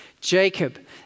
Jacob